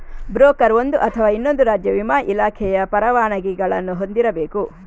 broker ಒಂದು ಅಥವಾ ಇನ್ನೊಂದು ರಾಜ್ಯ ವಿಮಾ ಇಲಾಖೆಯ ಪರವಾನಗಿಗಳನ್ನು ಹೊಂದಿರಬೇಕು